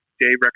Dave